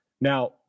Now